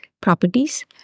properties